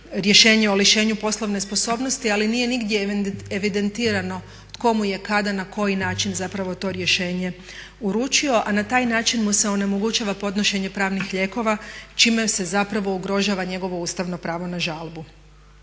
rješenje o lišenju poslovne sposobnosti, ali nije nigdje evidentirano tko mu je kada na koji način zapravo to rješenje uručio, a na taj način mu se onemogućava podnošenje pravnih lijekova čime se zapravo ugrožava njegovo ustavno pravo na žalbu.